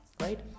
right